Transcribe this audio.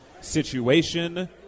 situation